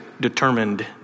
determined